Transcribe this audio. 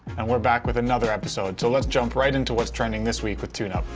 and we're back with another episode. so let's jump right into what's trending this week with tuneup.